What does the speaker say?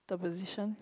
the position